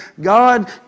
God